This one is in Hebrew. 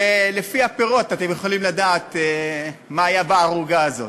ולפי הפירות אתם יכולים לדעת מה היה בערוגה הזאת.